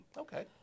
Okay